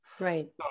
Right